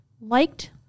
liked